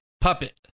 puppet